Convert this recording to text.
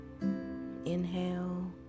inhale